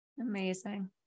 Amazing